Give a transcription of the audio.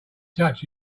touch